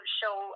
show